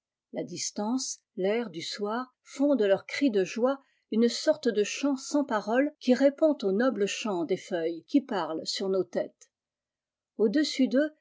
la distance taif du soir font de leurs cris de joie une sorte de chant sans paroles qui répond au noble chantdes feuilles qui parlent sur nos têtes au-dessus d'eux